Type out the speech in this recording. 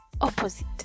opposite